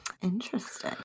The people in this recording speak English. Interesting